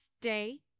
day